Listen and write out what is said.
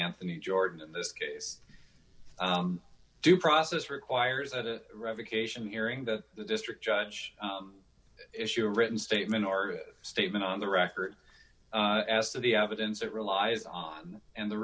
anthony jordan in this case due process requires at a revocation hearing that the district judge issued a written statement our statement on the record as to the evidence it relies on and the